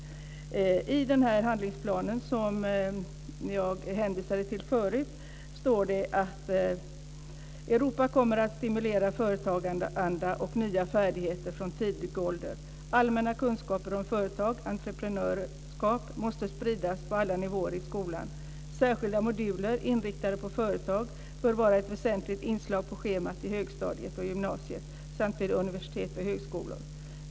I den handlingsplan som jag hänvisade till förut står följande: "Europa kommer att stimulera företagaranda och nya färdigheter från tidig ålder. Allmänna kunskaper om företag och entreprenörskap måste spridas på alla nivåer i skolan. Särskilda moduler inriktade på företagande bör vara ett väsentligt inslag på schemat i högstadiet och gymnasiet samt vid universitet och högskolor.